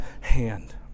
hand